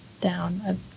down